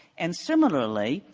and, similarly,